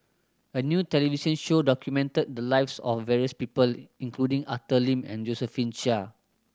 a new television show documented the lives of various people including Arthur Lim and Josephine Chia